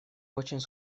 очень